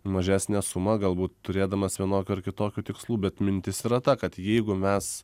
mažesnę sumą galbūt turėdamas vienokių ar kitokių tikslų bet mintis yra ta kad jeigu mes